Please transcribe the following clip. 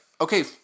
okay